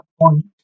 point